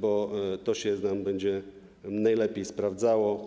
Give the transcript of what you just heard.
bo to się nam będzie najlepiej sprawdzało.